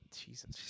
Jesus